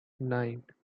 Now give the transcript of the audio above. nine